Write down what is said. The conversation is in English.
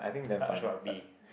touch rugby